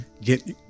get